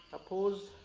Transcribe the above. opposed?